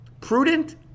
Prudent